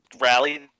rally